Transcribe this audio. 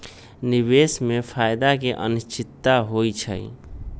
निवेश में फायदा के अनिश्चितता होइ छइ